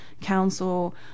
council